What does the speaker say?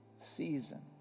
Season